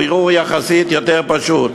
הבירור הוא יחסית יותר פשוט.